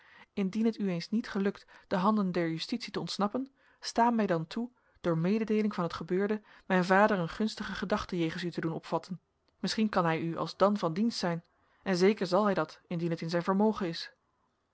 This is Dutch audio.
indien het u eens niet gelukt de handen der justitie te ontsnappen sta mij dan toe door mededeeling van het gebeurde mijn vader een gunstige gedachte jegens u te doen opvatten misschien kan hij u alsdan van dienst zijn en zeker zal hij dat indien het in zijn vermogen is